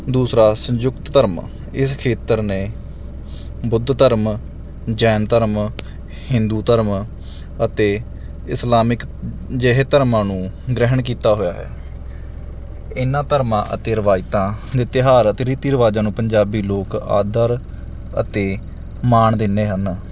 ਦੂਸਰਾ ਸੰਯੁਕਤ ਧਰਮ ਇਸ ਖੇਤਰ ਨੇ ਬੁੱਧ ਧਰਮ ਜੈਨ ਧਰਮ ਹਿੰਦੂ ਧਰਮ ਅਤੇ ਇਸਲਾਮਿਕ ਜਿਹੇ ਧਰਮਾਂ ਨੂੰ ਗ੍ਰਹਿਣ ਕੀਤਾ ਹੋਇਆ ਹੈ ਇਹਨਾਂ ਧਰਮਾਂ ਅਤੇ ਰਵਾਇਤਾਂ ਦੇ ਤਿਉਹਾਰ ਅਤੇ ਰੀਤੀ ਰਿਵਾਜ਼ਾਂ ਨੂੰ ਪੰਜਾਬੀ ਲੋਕ ਆਦਰ ਅਤੇ ਮਾਣ ਦਿੰਦੇ ਹਨ